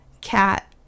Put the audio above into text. cat